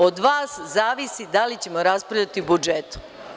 Od vas zavisi da li ćemo raspravljati o budžetu.